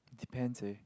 depends leh